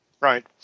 Right